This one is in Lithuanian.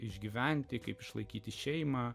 išgyventi kaip išlaikyti šeimą